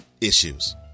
issues